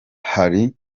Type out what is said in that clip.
hari